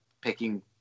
picking